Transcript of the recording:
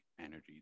energy